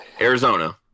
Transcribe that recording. Arizona